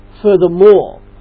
Furthermore